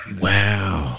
Wow